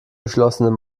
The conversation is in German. geschlossenen